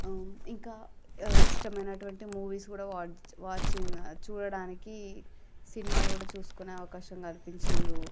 ఆ ఇంకా ఆ ఇష్టమైనటువంటి మూవీస్ కూడా వాచింగ్ చూడడానికి సినిమాలు కూడా చూసుకునే అవకాశం కలిపించిండ్రు